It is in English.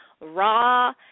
raw